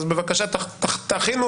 אז בבקשה, תכינו